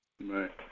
Right